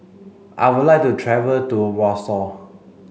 I would like to travel to Warsaw